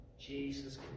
Jesus